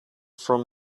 from